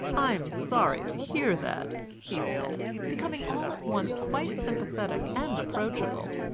i am sorry to hear that, he said, becoming all at once quite sympathetic and approachable.